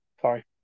sorry